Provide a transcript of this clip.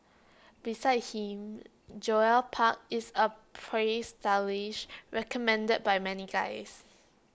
besides him Joel park is A praised stylist recommended by many guys